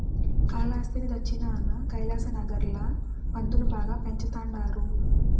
కాలాస్త్రి దచ్చినాన కైలాసనగర్ ల పందులు బాగా పెంచతండారు